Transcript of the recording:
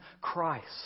Christ